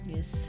Yes